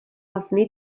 ofni